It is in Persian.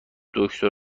دکتری